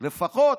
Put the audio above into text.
לפחות